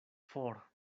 for